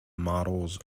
models